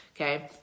okay